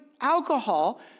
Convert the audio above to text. alcohol